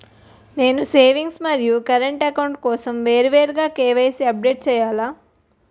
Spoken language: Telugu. నేను సేవింగ్స్ మరియు కరెంట్ అకౌంట్ కోసం వేరువేరుగా కే.వై.సీ అప్డేట్ చేయాలా?